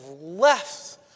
left